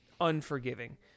unforgiving